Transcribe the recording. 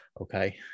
Okay